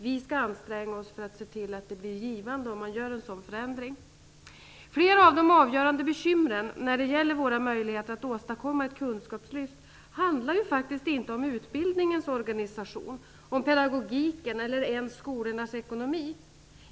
Vi skall anstränga oss för att se till att det blir givande om man gör en sådan förändring. Flera av de avgörande bekymren när det gäller våra möjligheter att åstadkomma ett kunskapslyft gäller ju faktiskt inte utbildningens organisation, pedagogiken eller ens skolornas ekonomi.